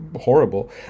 horrible